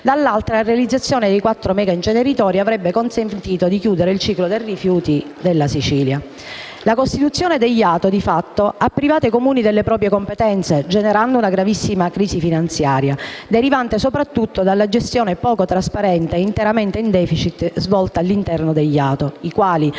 dall'altro, la realizzazione dei quattro megainceneritori avrebbe consentito di chiudere il ciclo dei rifiuti della Sicilia. La costituzione degli ATO di fatto ha privato i Comuni delle proprie competenze generando una gravissima crisi finanziaria, derivante soprattutto dalla gestione poco trasparente e interamente in *deficit* svolta all'interno degli ATO, i quali